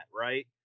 Right